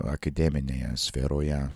akademinėje sferoje